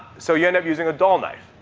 so you end up using a dull knife.